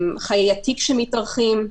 חיי התיק שמתארכים.